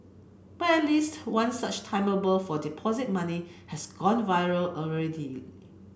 but at least one such timetable for deposit money has gone viral already